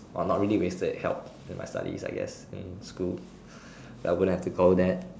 or not really wasted help in my studies I guess in school I will have to go with that